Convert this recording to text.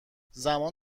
زمان